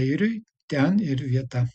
airiui ten ir vieta